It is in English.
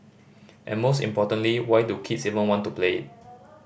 and most importantly why do kids even want to play it